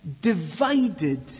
divided